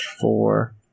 four